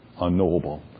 unknowable